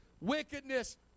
Wickedness